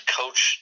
coach